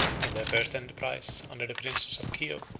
in their first enterprise under the princes of kiow,